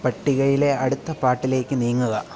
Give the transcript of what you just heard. പട്ടികയിലെ അടുത്ത പാട്ടിലേക്കു നീങ്ങുക